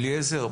אליעזר,